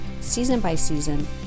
season-by-season